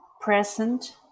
present